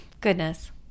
Goodness